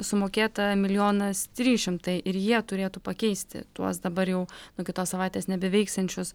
sumokėta milijonas trys šimtai ir jie turėtų pakeisti tuos dabar jau nuo kitos savaitės nebeveiksiančius